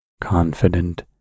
confident